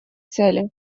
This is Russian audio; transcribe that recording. цели